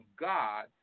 God